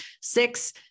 six